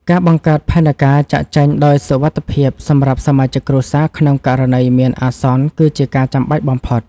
ការបង្កើតផែនការចាកចេញដោយសុវត្ថិភាពសម្រាប់សមាជិកគ្រួសារក្នុងករណីមានអាសន្ន គឺជាការចាំបាច់បំផុត។